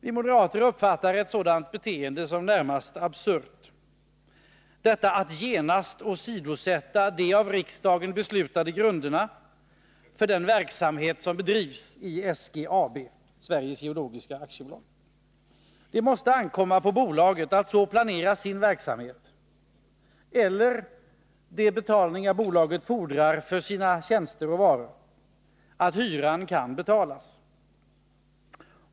Vi moderater uppfattar ett sådant beteende som närmast absurt — detta förfarande, att genast åsidosätta de av riksdagen beslutade grunderna för den verksamhet som bedrivs i SGAB, Sveriges Geologiska AB. Det måste ankomma på bolaget att så planera sin verksamhet eller den ersättning bolaget fordrar för sina tjänster och varor, att hyran kan betalas.